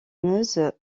meuse